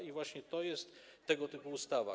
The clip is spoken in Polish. I właśnie to jest tego typu ustawa.